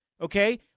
Okay